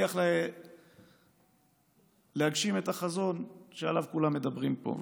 נצליח להגשים את החזון שעליו כולם מדברים פה.